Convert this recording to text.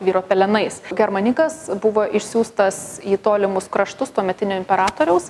vyro pelenais germanikas buvo išsiųstas į tolimus kraštus tuometinio imperatoriaus